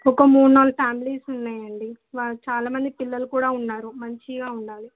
ఒక మూడు నాలుగు ఫ్యామిలీస్ ఉన్నాయండి వాళ్ళ చాలామంది పిల్లలు కూడా ఉన్నారు మంచిగా ఉండాలి